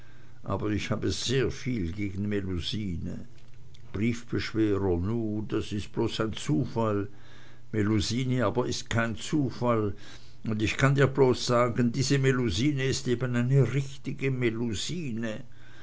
aber ich habe sehr viel gegen melusine briefbeschwerer nu das ist bloß ein zufall melusine aber ist kein zufall und ich kann dir bloß sagen diese melusine ist eben eine richtige